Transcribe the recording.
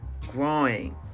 growing